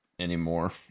anymore